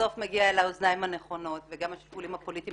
בסוף מגיעה אל האוזניים הנכונות וגם השיקולים הפוליטיים